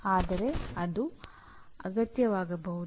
ಆದರೆ ಅದು ಅಗತ್ಯವಾಗಬಹುದು